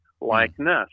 likeness